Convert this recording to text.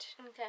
Okay